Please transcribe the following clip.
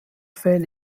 fell